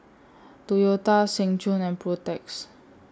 Toyota Seng Choon and Protex